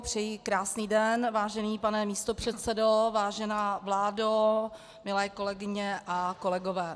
Přeji krásný den, vážený pane místopředsedo, vážená vládo, milé kolegyně a kolegové.